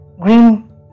green